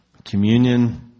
Communion